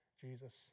Jesus